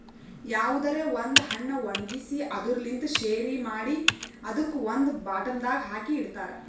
ಯಾವುದರೆ ಒಂದ್ ಹಣ್ಣ ಒಣ್ಗಿಸಿ ಅದುರ್ ಲಿಂತ್ ಶೆರಿ ಮಾಡಿ ಅದುಕ್ ಒಂದ್ ಬಾಟಲ್ದಾಗ್ ಹಾಕಿ ಇಡ್ತಾರ್